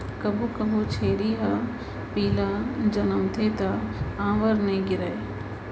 कभू कभू छेरी ह पिला जनमथे त आंवर नइ गिरय